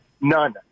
None